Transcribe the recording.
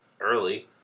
early